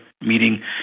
meeting